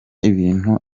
ibintu